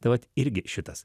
tai vat irgi šitas